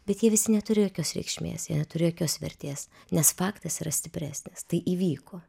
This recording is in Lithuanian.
bet jie vis neturi jokios reikšmės jie neturi jokios vertės nes faktas yra stipresnis tai įvyko